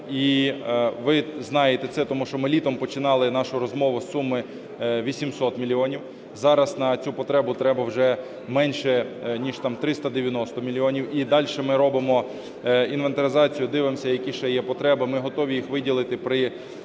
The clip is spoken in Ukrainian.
І ви знаєте це, тому що ми літом починали нашу розмову з суми 800 мільйонів. Зараз на цю потребу треба вже менше ніж 390 мільйонів. І дальше ми робимо інвентаризацію і дивимось, які ще є потреби. Ми готові їх виділити при розгляді